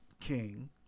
king